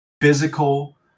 physical